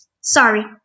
sorry